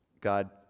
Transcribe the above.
god